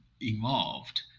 involved